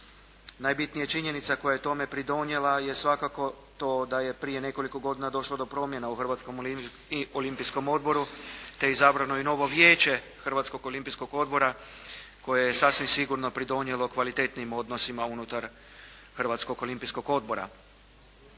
Najbitnija činjenica koja je tome pridonijela je svakako to da je prije nekoliko godina došlo do promjena u Hrvatskom olimpijskom odboru te je izabrano i novo vijeće Hrvatskog olimpijskog odbora koje je sasvim sigurno pridonijelo kvalitetnijim odnosima unutar Hrvatskog olimpijskog odbora.